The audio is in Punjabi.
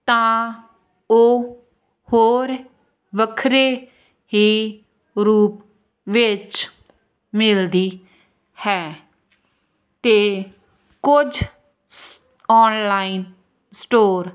ਤਾਂ ਉਹ ਹੋਰ ਵੱਖਰੇ ਹੀ ਰੂਪ ਵਿੱਚ ਮਿਲਦੀ ਹੈ ਅਤੇ ਕੁਝ ਓਨਲਾਈਨ ਸਟੋਰ